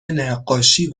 نقاشی